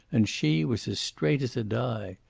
and she was as straight as a die.